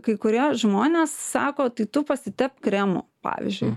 kai kurie žmonės sako tai tu pasitepk kremu pavyzdžiui